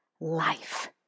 life